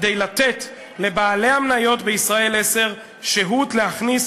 כדי לתת לבעלי המניות ב"ישראל 10" שהות להכניס